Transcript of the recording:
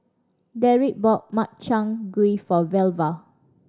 Dedrick bought Makchang Gui for Velva